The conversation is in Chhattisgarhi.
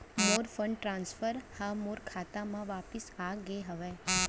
मोर फंड ट्रांसफर हा मोर खाता मा वापिस आ गे हवे